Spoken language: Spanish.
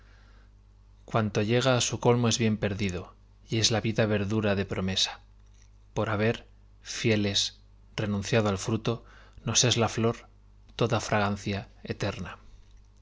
cuanto llega á su colmo es bien perdido y es la vida verdura de promesa por haber fieles renunciado al fruto nos es la flor toda fragancia eterna